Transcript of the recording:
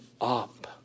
up